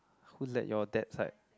who let your dead side